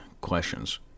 questions